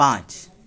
पाँच